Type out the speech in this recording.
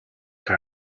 үгүй